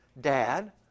Dad